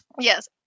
Yes